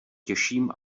těším